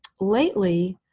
lately,